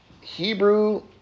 Hebrew